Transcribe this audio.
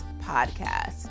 podcast